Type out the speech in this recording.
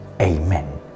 Amen